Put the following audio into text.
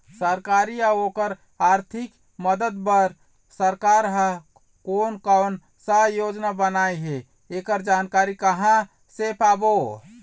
सरकारी अउ ओकर आरथिक मदद बार सरकार हा कोन कौन सा योजना बनाए हे ऐकर जानकारी कहां से पाबो?